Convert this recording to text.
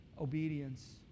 obedience